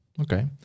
okay